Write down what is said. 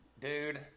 dude